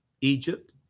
Egypt